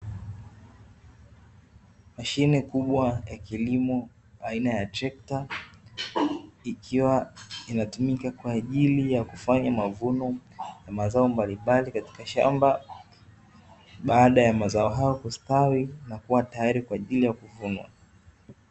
Mashine kubwa ya kilimo aina ya tarekta, ikiwa inatumika kwa ajili ya kufanya mavuno ya mazao mbalimbali katika shamba, baada ya mazao hayo kustawi na kuwa tayari kwa ajili ya kuvunwa.